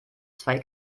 zwei